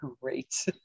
great